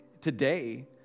Today